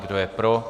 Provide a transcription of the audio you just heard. Kdo je pro?